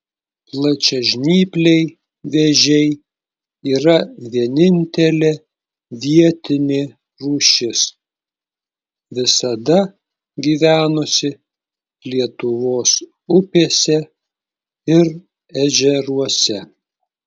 plačiažnypliai vėžiai yra vienintelė vietinė rūšis visada gyvenusi lietuvos upėse ir ežeruose